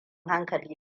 hankali